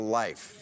life